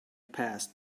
passed